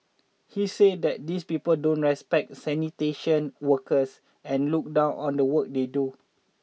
he says that these people don't respect sanitation workers and look down on the work they do